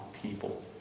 people